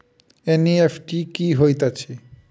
NEFT की होइत अछि?